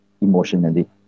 emotionally